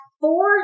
four